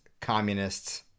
communists